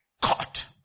caught